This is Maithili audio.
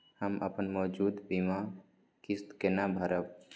हम अपन मौजूद बीमा किस्त केना भरब?